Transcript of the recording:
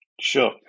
sure